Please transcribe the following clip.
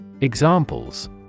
Examples